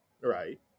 right